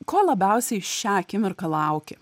ko labiausiai šią akimirką lauki